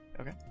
Okay